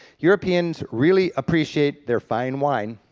europeans really appreciate their fine wine.